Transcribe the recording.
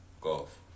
golf